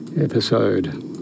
episode